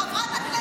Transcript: חברת הכנסת ניר,